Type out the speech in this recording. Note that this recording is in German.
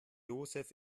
joseph